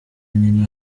nyina